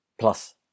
plus